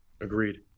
Agreed